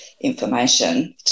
information